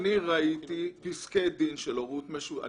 אני אומר לך, אני